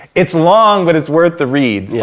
it's long but it's worth the read.